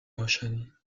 motion